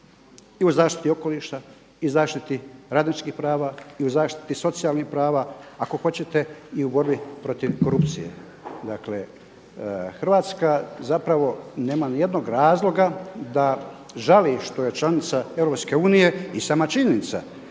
i u zaštiti okoliša, i zaštiti radničkih prava, i u zaštiti socijalnih prava, ako hoćete i u borbi protiv korupcije. Dakle, Hrvatska zapravo nema niti jednog razloga da žali što je članica Europske unije.